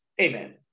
amen